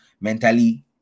mentally